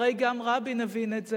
והרי גם רבין הבין את זה,